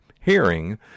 hearing